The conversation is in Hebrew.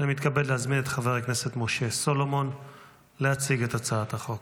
אני מתכבד להזמין את חבר הכנסת משה סולומון להציג את הצעת החוק.